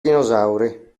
dinosauri